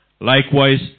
Likewise